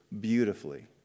beautifully